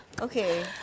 Okay